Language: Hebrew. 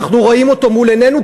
אנחנו רואים אותו מול עינינו.